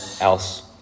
else